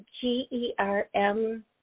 G-E-R-M